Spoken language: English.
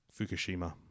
fukushima